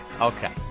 Okay